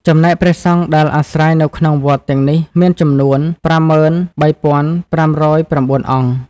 ចំណែកព្រះសង្ឃដែលអាស្រ័យនៅក្នុងវត្តទាំងនេះមាន ចំនួន ៥៣៥០៩ អង្គ ។